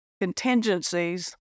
contingencies